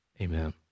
Amen